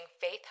faith